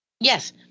Yes